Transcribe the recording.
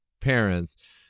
parents